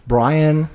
Brian